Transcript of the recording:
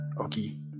okay